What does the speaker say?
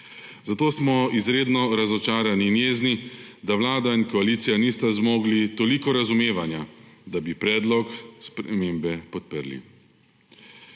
zato smo izredno razočarani in jezni, da Vlada in koalicija nista zmogli toliko razumevanja, da bi predlog spremembe podprli.